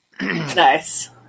nice